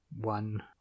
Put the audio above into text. one